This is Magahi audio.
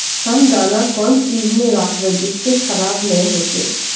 हम दाना कौन चीज में राखबे जिससे खराब नय होते?